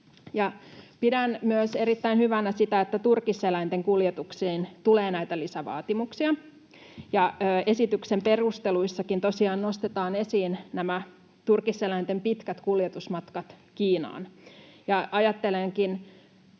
Pidän myös erittäin hyvänä sitä, että turkiseläinten kuljetuksiin tulee näitä lisävaatimuksia, ja esityksen perusteluissakin tosiaan nostetaan esiin nämä turkiseläinten pitkät kuljetusmatkat Kiinaan. Ajattelenkin